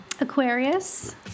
Aquarius